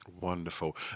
Wonderful